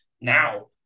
now